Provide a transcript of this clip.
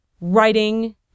writing